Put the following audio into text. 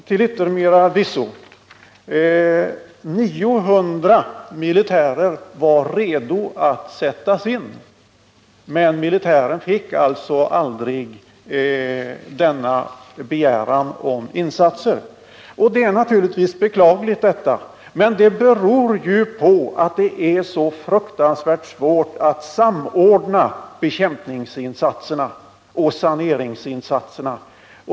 Till yttermera visso fanns 900 militärer redo att sättas in, men militären fick aldrig någon begäran om insatser. Det är naturligtvis beklagligt, men det beror på att det är så fruktansvärt svårt att samordna bekämpningsinsatserna och saneringsinsatserna.